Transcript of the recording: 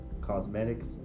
cosmetics